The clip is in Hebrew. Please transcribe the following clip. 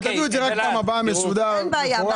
תביאו את זה פעם הבאה מסודר ומפורט.